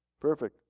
Perfect